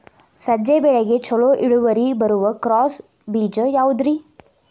ಸಜ್ಜೆ ಬೆಳೆಗೆ ಛಲೋ ಇಳುವರಿ ಬರುವ ಕ್ರಾಸ್ ಬೇಜ ಯಾವುದ್ರಿ?